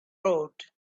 road